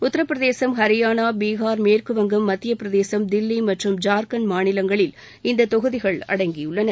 உத்தரபிரதேசம் ஹரியானா பீகார் மேற்குவங்கம் மத்தியப் பிரதேசம் தில்லி மற்றும் ஜார்க்கண்ட் மாநிலங்களில் இந்தத் தொகுதிகள் அடங்கியுள்ளன